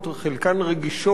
חלקן רגישות,